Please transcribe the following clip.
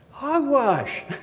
hogwash